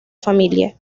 familia